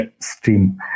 stream